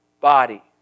body